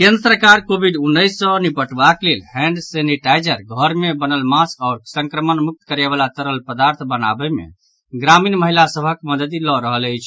केन्द्र सरकार कोविड उन्नैस सॅ निपटबाक लेल हैंड सेनेटाइजर घर मे बनल मास्क आओर संक्रमण मुक्त करयवला तरल पदार्थ बनावय में ग्रामीण महिला सभक मददि लऽ रहल अछि